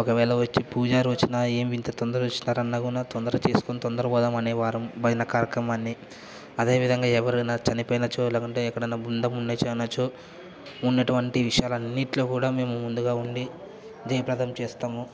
ఒకవేళ వచ్చి పూజరి వచ్చిన ఏం ఇంత తొందరగా వచ్చినారు అన్నా కూడా తొందరగా చేసుకొని తొందరగా పోదాము అనేవారం భజన కార్యక్రమాన్ని అదే విధంగా ఎవరైనా చనిపోయినచో లేకుంటే ఎక్కడైనా బృందం ఉండినచో ఉన్నటువంటి విషయాలన్నింటిలో కూడా మేము ముందుగా ఉండి జయప్రదం చేస్తాము